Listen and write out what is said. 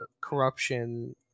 corruption